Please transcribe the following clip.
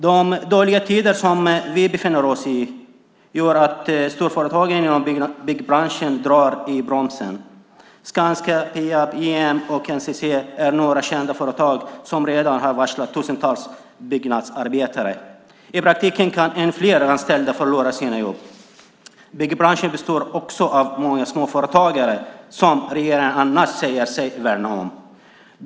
De dåliga tider som vi befinner oss i gör att storföretagen inom byggbranschen drar i bromsen. Skanska, Peab, JM och NCC är några kända företag som redan har varslat tusentals byggnadsarbetare. I praktiken kan än fler anställda förlora sina jobb. Byggbranschen består också av många småföretagare, som regeringen annars säger sig värna om.